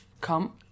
come